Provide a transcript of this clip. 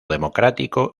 democrático